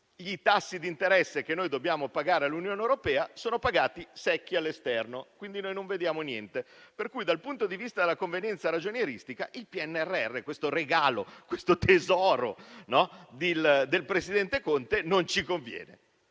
I tassi di interesse che dobbiamo pagare all'Unione europea sono pagati secchi all'esterno, quindi non incassiamo niente. Dal punto di vista della convenienza ragionieristica pertanto, il PNRR - questo regalo, questo tesoro del presidente Conte - non ci conviene.